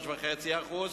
3.5%,